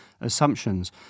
assumptions